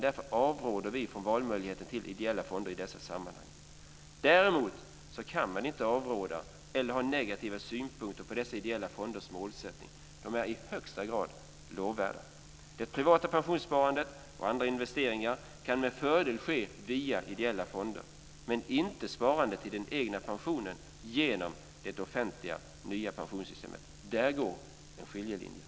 Därför avråder vi från möjligheten till val av ideella fonder i dessa sammanhang. Däremot kan man inte avråda eller ha negativa synpunkter på dessa ideella fonders målsättning. Det är i högsta grad lovvärt. Det privata pensionssparandet och andra investeringar kan med fördel ske via ideella fonder, men inte sparandet till den egna pensionen genom det offentliga nya pensionssystemet. Där går en skiljelinje.